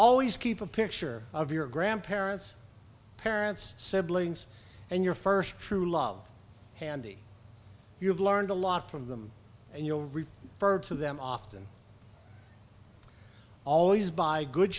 always keep a picture of your grandparents parents siblings and your first true love handy you have learned a lot from them and you'll reap furred to them often always by good